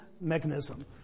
mechanism